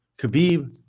Khabib